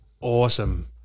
awesome